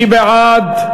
מי בעד?